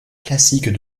classiques